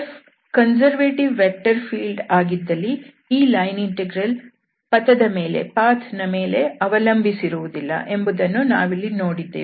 Fಕನ್ಸರ್ವೇಟಿವ್ vector field ಆಗಿದ್ದಲ್ಲಿ ಈ line integral ಪಥದ ಮೇಲೆ ಅವಲಂಬಿಸುವುದಿಲ್ಲ ಎಂಬುದನ್ನು ನಾವಿಲ್ಲಿ ನೋಡಿದ್ದೇವೆ